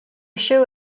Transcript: show